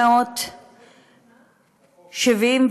ב-1976.